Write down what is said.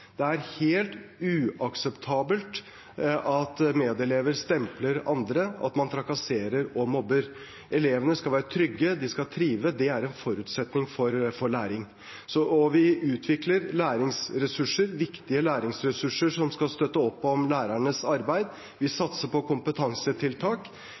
Det er helt uakseptabelt at medelever stempler andre, at man trakasserer og mobber. Elevene skal være trygge, de skal trives – det er en forutsetning for læring. Og vi utvikler læringsressurser – viktige læringsressurser – som skal støtte opp om lærernes arbeid. Vi